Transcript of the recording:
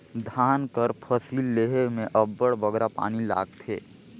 धान कर फसिल लेहे में अब्बड़ बगरा पानी लागथे